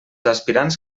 aspirants